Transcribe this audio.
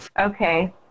Okay